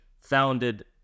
founded